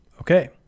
Okay